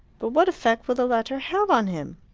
but what effect will the letter have on him?